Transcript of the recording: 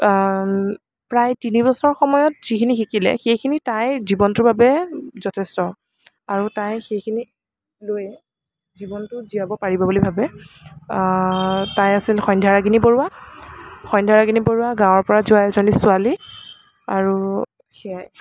প্ৰায় তিনিবছৰ সময়ত যিখিনি শিকিলে সেইখিনি তাইৰ জীৱনটোৰ বাবে যথেষ্ট আৰু তাই সেইখিনি লৈয়ে জীৱনতো জীয়াব পাৰিব বুলি ভাবে তাই আছিল সন্ধ্য়াৰাগিণী বৰুৱা সন্ধ্য়াৰাগিণী বৰুৱা গাঁৱৰ পৰা যোৱা এজনী ছোৱালী আৰু সেইয়াই